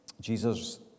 Jesus